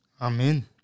Amen